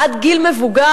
עד גיל מבוגר,